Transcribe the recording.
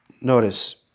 notice